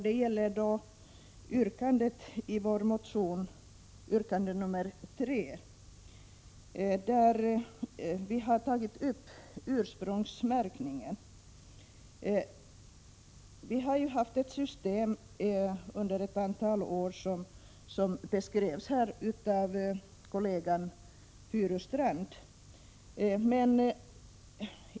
Det gäller yrkande nr 3, där vi har tagit upp ursprungsmärkningen. Under ett antal år har vi haft ett system, som här beskrevs av kollegan Furustrand.